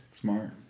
Smart